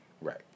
Right